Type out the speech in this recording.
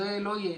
זה לא יהיה.